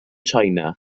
china